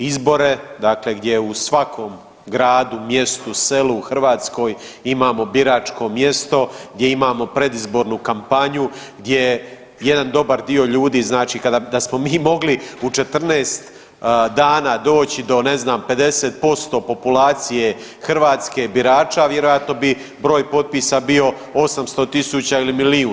Izbore dakle gdje u svakom gradu, mjestu, selu u Hrvatskoj imamo biračko mjesto, gdje imamo predizbornu kampanju, gdje jedan dobar dio ljudi, znači da smo mi mogli u 14 dana doći do ne znam 50% populacije Hrvatske birača vjerojatno bi broj potpisao bio 800 000 ili milijun.